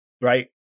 right